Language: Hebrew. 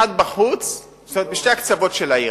אחת בחוץ זאת אומרת: בשני הקצוות של העיר.